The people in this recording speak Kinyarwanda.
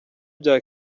bya